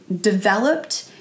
developed